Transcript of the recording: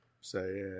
say